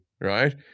right